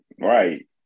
right